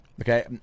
okay